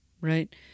Right